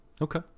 okay